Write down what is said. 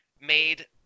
made